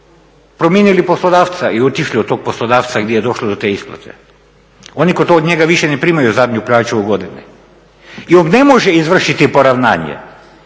promijenili poslodavca i otišli od tog poslodavca gdje je došlo do te isplate? Oni od njega više ne primaju zadnju plaću u godini i on ne može izvršiti poravnanje.